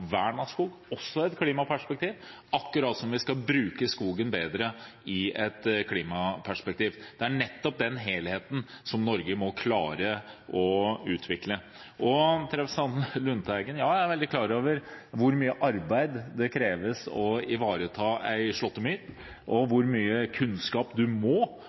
vern av skog, også i et klimaperspektiv, akkurat som vi skal bruke skogen bedre i et klimaperspektiv. Det er nettopp den helheten Norge må klare å utvikle. Til representanten Lundteigen: Ja, jeg er veldig klar over hvor mye arbeid som kreves for å ivareta en slåttemyr, og hvor mye kunnskap man må